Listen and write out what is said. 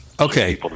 Okay